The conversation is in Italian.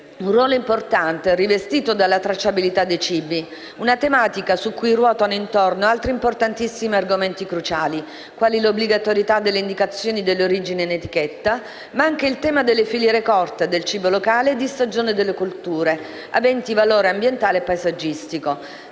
un ruolo importante è rivestito dalla tracciabilità dei cibi, una tematica intorno alla quale ruotano altri importantissimi argomenti cruciali, quali l'obbligatorietà delle indicazioni dell'origine in etichetta, ma anche il tema delle filiere corte, del cibo locale e di stagionalità delle colture, aventi valore ambientale e paesaggistico.